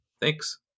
Thanks